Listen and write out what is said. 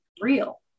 real